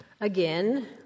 again